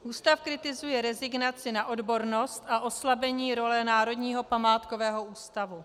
Ústav kritizuje rezignaci na odbornost a oslabení role Národního památkového ústavu.